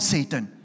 Satan